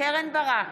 קרן ברק,